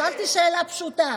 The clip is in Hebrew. שאלתי שאלה פשוטה.